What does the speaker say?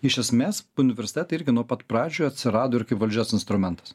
iš esmės universitetai irgi nuo pat pradžių atsirado ir kaip valdžios instrumentas